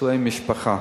נישואים בתוך המשפחה.